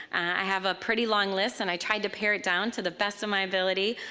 i have a pretty long list, and i tried to pare it down to the best of my ability,